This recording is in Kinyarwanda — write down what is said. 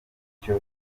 nicyo